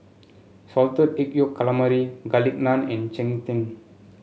Salted Egg Yolk Calamari Garlic Naan and Cheng Tng